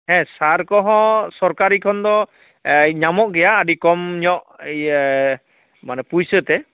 ᱦᱮᱸ ᱥᱟᱨ ᱠᱚᱦᱚᱸ ᱥᱚᱨᱠᱟᱨᱤ ᱠᱷᱚᱱ ᱫᱚ ᱧᱟᱢᱚᱜ ᱜᱮᱭᱟ ᱟᱹᱰᱤ ᱠᱚᱢ ᱧᱚᱜ ᱤᱭᱟᱹ ᱢᱟᱱᱮ ᱯᱩᱭᱥᱟᱹ ᱛᱮ